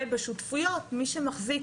בשותפויות מי שמחזיק